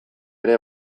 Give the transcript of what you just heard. ere